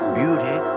beauty